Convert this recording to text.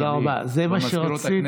תודה רבה, זה מה שרציתי.